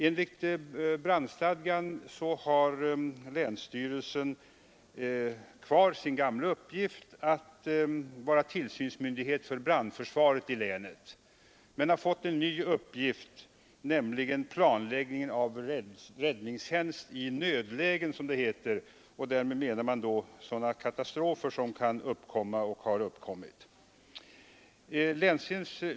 Enligt brandstadgan har länsstyrelsen kvar sin gamla uppgift att vara tillsynsmyndighet för brandförsvaret i länet men har fått en ny uppgift, nämligen planläggning av räddningstjänst i nödlägen, som det heter, och därmed menas sådana katastrofer som kan inträffa.